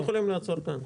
אנחנו יכולים לעצור כאן.